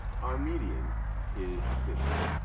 our median is fifty.